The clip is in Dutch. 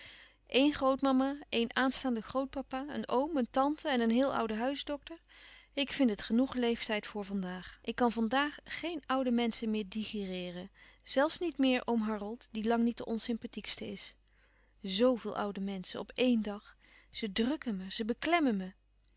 een grootmama een aanstaande grootpapa een oom een tante en een heel oude huisdokter ik vind het genoeg leeftijd voor van daag ik kan van daag geen oude menschen meer digereeren zelfs niet meer oom louis couperus van oude menschen de dingen die voorbij gaan harold die lang niet de onsympathiekste is zo veel oude menschen op éen dag ze drukken me ze beklemmen me